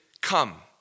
come